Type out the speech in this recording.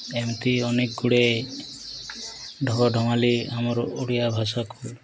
ଏମିତି ଅନେକ ଗୁଡ଼େ ଢଙ୍ଗ ଢଙ୍ଗାଲି ଆମର ଓଡ଼ିଆ ଭାଷାକୁ